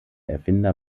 erfinder